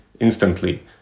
instantly